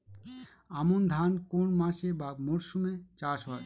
আমন ধান কোন মাসে বা মরশুমে চাষ হয়?